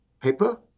paper